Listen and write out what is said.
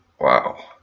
Wow